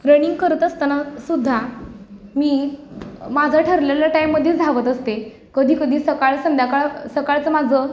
running करत असताना सुद्धा मी माझं ठरलेल्या टाईममध्येच धावत असते कधी कधी सकाळ संध्याकाळ सकाळचं माझं